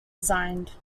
resigned